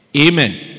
Amen